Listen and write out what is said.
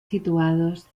situados